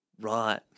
Right